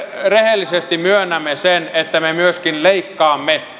rehellisesti myönnämme sen että me myöskin leikkaamme